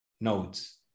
nodes